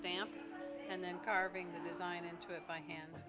damp and then carving the design into it by hand